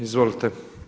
Izvolite.